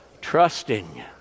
trusting